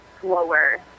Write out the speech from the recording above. slower